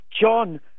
John